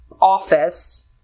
office